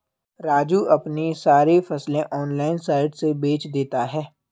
राजू अपनी सारी फसलें ऑनलाइन साइट से बेंच देता हैं